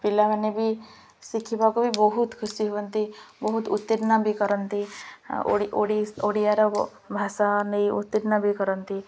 ପିଲାମାନେ ବି ଶିଖିବାକୁ ବି ବହୁତ ଖୁସି ହୁଅନ୍ତି ବହୁତ ଉତ୍ତୀର୍ଣ୍ଣ ବି କରନ୍ତି ଓଡ଼ିଆର ଭାଷା ନେଇ ଉତ୍ତୀର୍ଣ୍ଣ ବି କରନ୍ତି